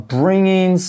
bringing